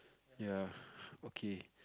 ya okay